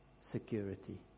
security